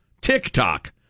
TikTok